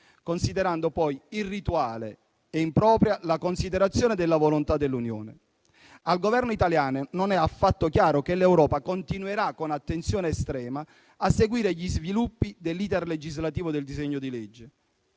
considerando poi irrituale e impropria la considerazione della volontà dell'Unione. Al Governo italiano non è affatto chiaro che l'Europa continuerà con attenzione estrema a seguire gli sviluppi dell'*iter* legislativo del disegno di legge,